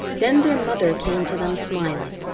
then their mother came to them smiling,